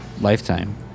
lifetime